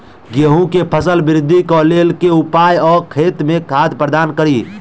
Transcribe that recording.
गेंहूँ केँ फसल वृद्धि केँ लेल केँ उपाय आ खेत मे खाद प्रदान कड़ी?